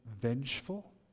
vengeful